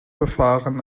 befahren